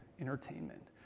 entertainment